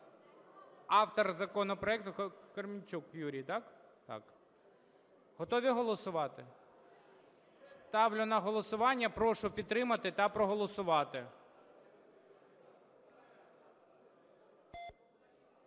Автор законопроекту – Камельчук Юрій, так? Так. Готові голосувати? Ставлю на голосування. Прошу підтримати та проголосувати.